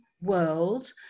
world